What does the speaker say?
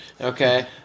Okay